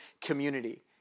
community